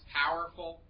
powerful